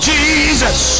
Jesus